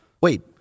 Wait